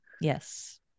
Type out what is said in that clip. Yes